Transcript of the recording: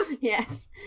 Yes